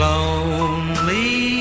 Lonely